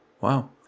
Wow